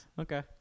Okay